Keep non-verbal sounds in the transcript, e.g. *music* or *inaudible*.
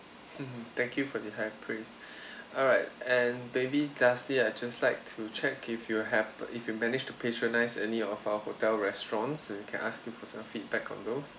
mmhmm thank you for the high praise *breath* alright and maybe lastly I just like to check if you have if you managed to patronise any of our hotel restaurants we can ask you for some feedback on those